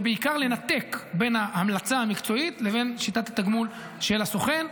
זה בעיקר לנתק בין ההמלצה המקצועית לבין שיטת התגמול של הסוכן.